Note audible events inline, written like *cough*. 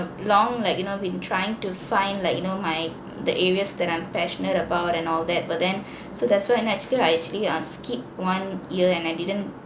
long like you know I've been trying to find like you know my the areas that I'm passionate about and all that but then *breath* so that's why and actually I actually err skipped one year and I didn't